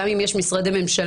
גם אם יש משרדי ממשלה,